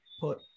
put